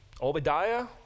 Obadiah